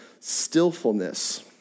stillfulness